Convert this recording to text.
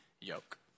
yoke